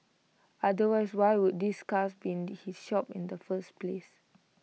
otherwise why would these cars be in his shop in the first place